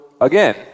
again